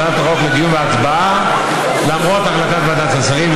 החוק לדיון והצבעה למרות החלטת ועדת השרים,